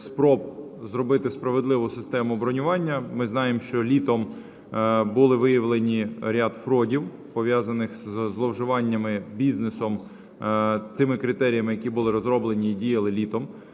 спроб зробити справедливу систему бронювання. Ми знаємо, що літом були виявлені ряд фродів, пов'язаних із зловживаннями бізнесом тими критеріями, які були розроблені і діяли літом.